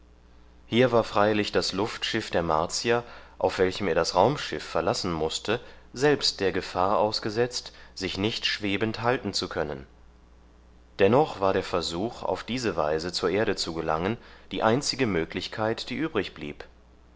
hier war freilich das luftschiff der martier auf welchem er das raumschiff verlassen mußte selbst der gefahr ausgesetzt sich nicht schwebend halten zu können dennoch war der versuch auf diese weise zur erde zu gelangen die einzige möglichkeit die übrig blieb